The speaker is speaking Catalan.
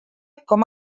com